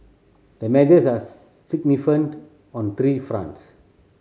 the measures are significant on three fronts